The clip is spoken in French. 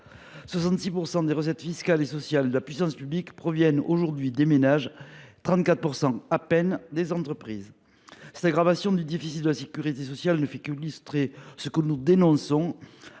66 % des recettes fiscales et sociales de la puissance publique proviennent aujourd’hui des ménages, quand seulement 34 % émanent des entreprises. Cette aggravation du déficit de la sécurité sociale ne fait qu’illustrer ce que nous dénonçons,